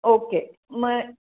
okay म